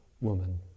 woman